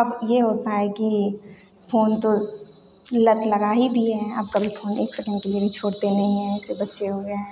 अब ये होता है कि फ़ोन तो लत लगा ही दिए हैं अब कभी फोन एक सेकेंड के लिए भी छोड़ते नहीं हैं ऐसे बच्चे हो गए हैं